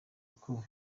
uko